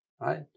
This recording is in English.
right